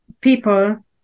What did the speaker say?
people